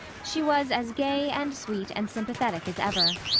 she was as gay and sweet and sympathetic as ever.